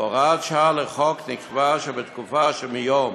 בהוראת שעה לחוק נקבע שבתקופה שמיום